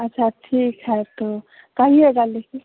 अच्छा ठीक है तो कहिएगा लेकिन